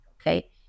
okay